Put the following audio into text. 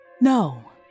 No